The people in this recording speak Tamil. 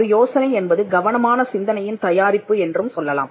ஒரு யோசனை என்பது கவனமான சிந்தனையின் தயாரிப்பு என்றும் சொல்லலாம்